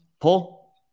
Paul